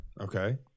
Okay